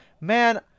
man